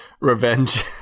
revenge